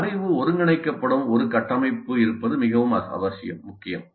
அறிவு ஒருங்கிணைக்கப்படும் ஒரு கட்டமைப்பு இருப்பது மிகவும் முக்கியம்